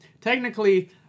Technically